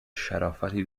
شرافتی